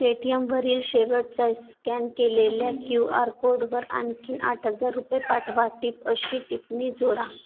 पेटीयमवरील शेवटचा स्कॅन केलेल्या Q R कोडवर आणखी आठ हजार रुपये पाठवा टिप अशी टिपणी जोडा